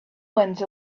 went